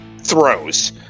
throws